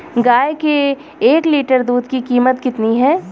गाय के एक लीटर दूध की कीमत कितनी है?